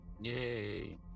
Yay